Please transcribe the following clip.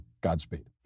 Godspeed